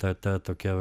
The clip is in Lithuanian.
ta ta tokia